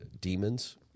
demons